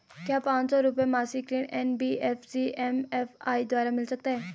क्या पांच सौ रुपए मासिक ऋण एन.बी.एफ.सी एम.एफ.आई द्वारा मिल सकता है?